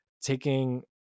taking